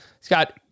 Scott